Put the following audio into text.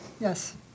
Yes